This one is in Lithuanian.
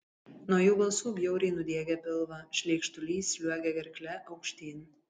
nuo jų balsų bjauriai nudiegia pilvą šleikštulys sliuogia gerkle aukštyn